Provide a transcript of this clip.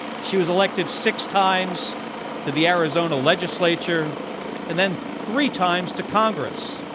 she was elected six times to the arizona legislature and then three times to congress.